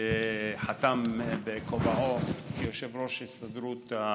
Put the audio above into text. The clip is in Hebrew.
שחתם בכובעו כיו"ר ההסתדרות על